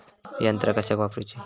यंत्रा कशाक वापुरूची?